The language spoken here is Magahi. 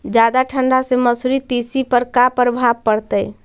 जादा ठंडा से मसुरी, तिसी पर का परभाव पड़तै?